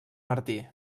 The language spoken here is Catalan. martí